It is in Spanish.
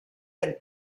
del